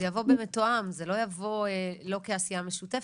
זה יבוא במתואם, זה לא יבוא, לא כעשייה משותפת.